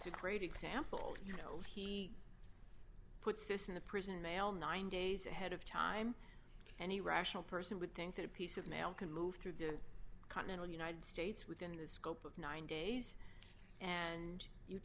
it's a great example of you know he puts this in the prison mail nine days ahead of time any rational person would think that a piece of mail can move through the continental united states within the scope of nine days and you